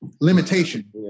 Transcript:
limitation